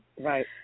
Right